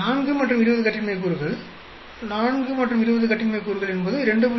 4 மற்றும் 20 கட்டின்மை கூறுகள் 4 மற்றும் 20 கட்டின்மை கூறுகள் என்பது 2